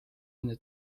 enne